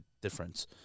difference